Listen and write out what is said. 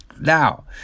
now